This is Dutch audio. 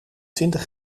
twintig